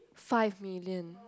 five million